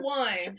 one